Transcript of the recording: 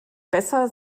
besser